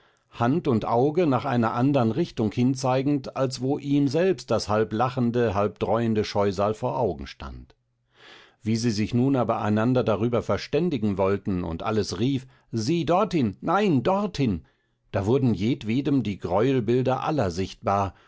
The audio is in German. hand und auge nach einer andern richtung hinzeigend als wo ihm selbst das halb lachende halb dräuende scheusal vor augen stand wie sie sich nun aber einander darüber verständigen wollten und alles rief sieh dorthin nein dorthin da wurden jedwedem die greuelbilder aller sichtbar